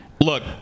Look